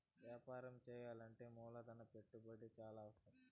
వ్యాపారం చేయాలంటే మూలధన పెట్టుబడి చాలా అవసరం